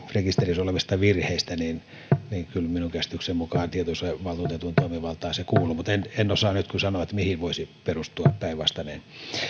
rekisterissä olevista virheistä niin kyllä minun käsitykseni mukaan tietosuojavaltuutetun toimivaltaan se kuuluu mutta en en osaa nyt kyllä sanoa mihin voisi perustua päinvastainen